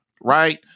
right